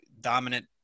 dominant